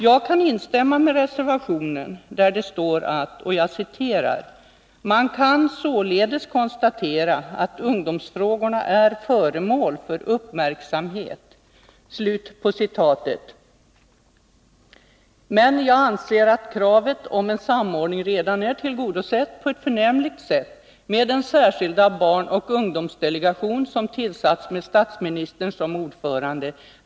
Jag kan instämma med reservationen där det står: ”Man kan således konstatera att ungdomsfrågorna är föremål för uppmärksamhet ———.” Jag anser dock att kravet om en samordning redan är tillgodosett på ett förnämligt sätt med den särskilda barnoch ungdomsdelegation som tillsatts med statsministern som ordförande.